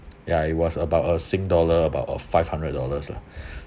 ya it was about a sing dollar about five hundred dollars lah